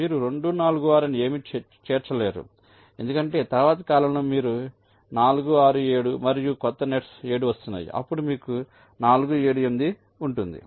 మీరు 2 4 6 అని ఏమీ చేర్చలేరు ఎందుకంటే తరువాతి కాలమ్లో మీ 4 6 7 మరియు కొత్త నెట్స్ 7 వస్తున్నాయి అప్పుడు మీకు 4 7 8 ఉంటుంది